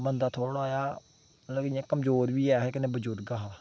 बंदा थोह्ड़ा जेहा मतलब इ'यां कमजोर बी ऐ हा कन्नै बजुर्ग हा